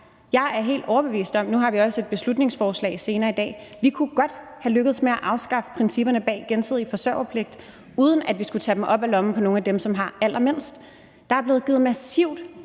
Jeg er helt overbevist om – nu har vi også et beslutningsforslag senere i dag – at vi godt kunne have lykkedes med at afskaffe principperne bag gensidig forsørgerpligt, uden at vi skulle tage penge op af lommen på nogle af dem, som har allermindst. Der er blevet givet massivt